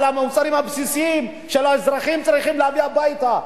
על המוצרים הבסיסיים שהאזרחים צריכים להביא הביתה,